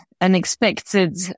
unexpected